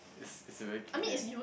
is is a very cute name